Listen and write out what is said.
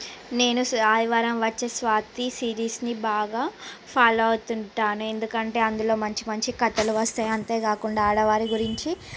నేను ఆదివారం వచ్చి స్వాతి సిరీస్ని బాగా ఫాలో అవుతు ఉంటాను ఎందుకంటే అందులో మంచి మంచి కథలు వస్తాయి అంతేకాకుండా ఆడవారి గురించి